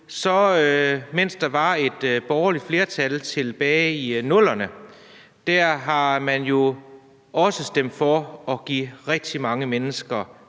mens der var et borgerligt flertal tilbage i 00'erne, også stemt for at give rigtig mange mennesker